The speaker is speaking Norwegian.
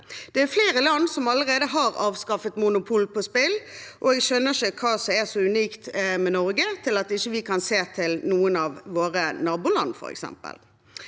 Det er flere land som allerede har avskaffet monopol på spill, og jeg skjønner ikke hva som er så unikt med Norge at ikke vi kan se til noen av våre naboland,